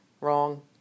Wrong